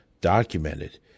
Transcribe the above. documented